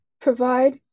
provide